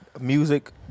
music